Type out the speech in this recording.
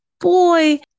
boy